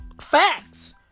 Facts